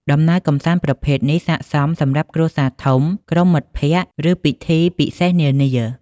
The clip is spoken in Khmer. ដំណើរកម្សាន្តប្រភេទនេះស័ក្តិសមសម្រាប់គ្រួសារធំ ក្រុមមិត្តភក្តិ ឬពិធីពិសេសនានា។